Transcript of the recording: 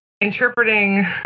interpreting